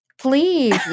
Please